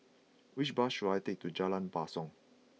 which bus should I take to Jalan Basong